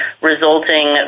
resulting